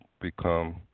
become